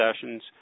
sessions